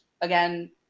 again